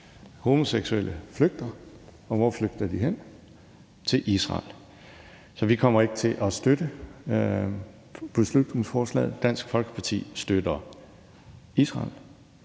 homoseksuelle flygter. Hvor flygter de hen? Til Israel. Så vi kommer ikke til at støtte beslutningsforslaget. Dansk Folkeparti støtter Israel,